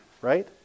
right